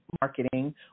marketing